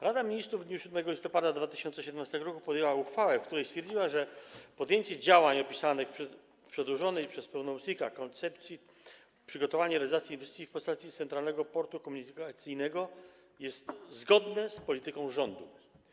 Rada Ministrów w dniu 7 listopada 2017 r. podjęła uchwałę, w której stwierdziła, że podjęcie działań opisanych w przedłożonej przez pełnomocnika koncepcji, przygotowanie realizacji inwestycji w postaci Centralnego Portu Komunikacyjnego jest zgodne z polityką rządu.